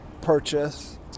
purchase